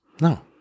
No